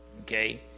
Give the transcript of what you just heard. okay